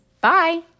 Bye